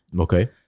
Okay